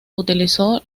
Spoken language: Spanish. utilizó